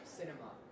cinema